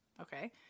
okay